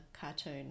cartoon